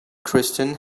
kristen